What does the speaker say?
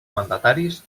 mandataris